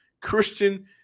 Christian